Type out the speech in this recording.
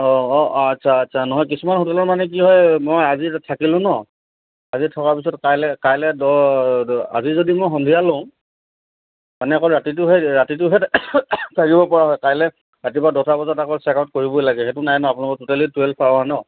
অঁ অঁ আচ্ছা আচ্ছা নহয় কিছুমান হোটেলৰ মানে কি হয় মই আজি থাকিলোঁ ন আজি থকাৰ পিছত কাইলে কাইলে দ আজি যদি মই সন্ধিয়া লওঁ মানে আকৌ ৰাতিটোহে ৰাতিটোহে থাকিব পৰা হয় কাইলে ৰাতিপুৱা দহ বজাত আকৌ চেক আউট কৰিব লাগে সেইটো নাই ন আপোনালোক টুটেলি টুৱেলভ আাৱাৰ ন